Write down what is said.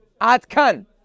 Atkan